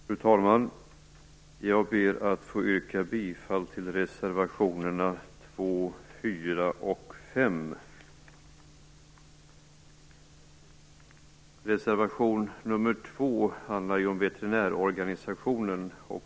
Fru talman! Jag ber att få yrka bifall till reservationerna 2, 4 och 5. Reservation nr 2 handlar om veterinärorganisationen.